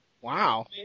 Wow